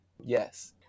Yes